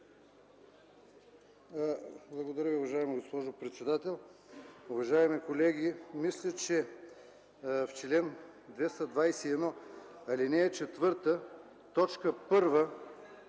Благодаря Ви, уважаема госпожо председател. Уважаеми колеги, мисля, че в чл. 221, ал. 4, т. 1